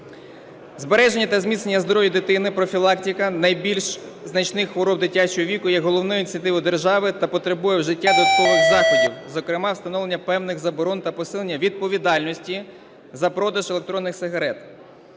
Збереження та зміцнення здоров'я дитини, профілактика найбільш значних хвороб дитячого віку є головною ініціативою держави та потребує вжиття додаткових заходів, зокрема встановлення певних заборон та посилення відповідальності за продаж електронних сигарет.